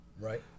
Right